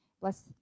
Bless